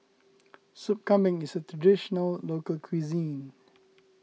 Soup Kambing is a Traditional Local Cuisine